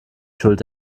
schuld